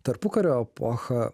tarpukario epochą